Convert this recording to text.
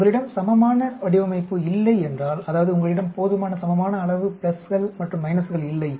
உங்களிடம் சமமான வடிவமைப்பு இல்லை என்றால் அதாவது உங்களிடம் போதுமான சமமான அளவு பிளஸ்கள் மற்றும் மைனஸ்கள் இல்லை